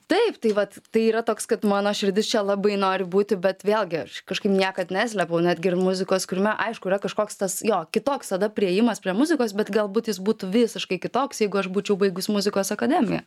taip tai vat tai yra toks kad mano širdis čia labai nori būti bet vėlgi aš kažkaip niekad neslėpiau netgi ir muzikos kūrime aišku yra kažkoks tas jo kitoks tada priėjimas prie muzikos bet galbūt jis būtų visiškai kitoks jeigu aš būčiau baigus muzikos akademiją